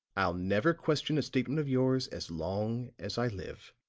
i'll never question a statement of yours as long as i live.